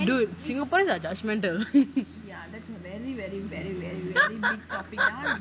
dude you open the judgement term